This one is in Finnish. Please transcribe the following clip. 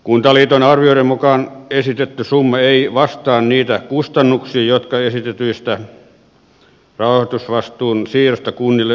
kuntaliiton arvioiden mukaan esitetty summa ei vastaa niitä kustannuksia jotka esitetystä rahoitusvastuun siirrosta kunnille seuraisivat